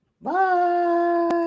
Bye